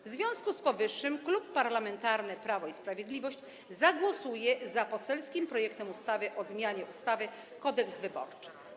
W związku z powyższym Klub Parlamentarny Prawo i Sprawiedliwość zagłosuje za poselskim projektem ustawy o zmianie ustawy Kodeks wyborczy.